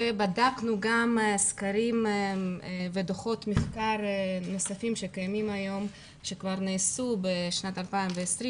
בדקנו גם סקרים ודוחות מחקר נוספים שקיימים היום שכבר נעשו בשנת 2020,